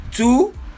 Two